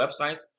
websites